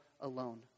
alone